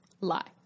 Lie